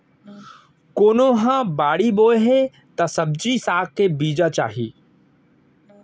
कोनो ह बाड़ी बोए हे त सब्जी साग के बीजा चाही